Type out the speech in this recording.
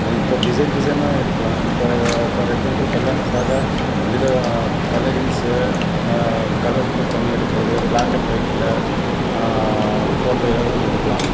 இப்போ டிசைன் டிசைனாக எடுக்கலாம் இப்போது ஃபார் எக்ஸாம்பிள் கல்யாணத்துக்காக வித கலரிங்ஸு கலர் இப்போ பண்ணி எடுக்கிறது ப்ளாக் அண்ட் ஒயிட்டில் ஃபோட்டோவும் எடுக்கலாம்